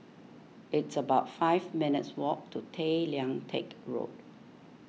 it's about five minutes' walk to Tay Lian Teck Road